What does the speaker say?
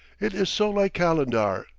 it is so like calendar!